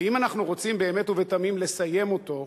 ואם אנחנו רוצים באמת ובתמים לסיים אותו,